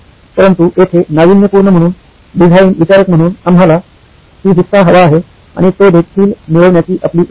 परंतु येथे नाविन्यपूर्ण म्हणून डिझाइन विचारक म्हणून आम्हाला हि हिस्सा हवा आहे आणि तो देखील मिळवण्याची आपली इच्छा आहे